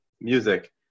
music